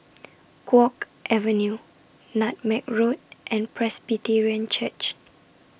Guok Avenue Nutmeg Road and Presbyterian Church